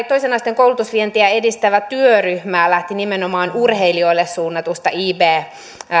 toisen asteen koulutusvientiä edistävä työryhmä lähti nimenomaan urheilijoille suunnatusta ib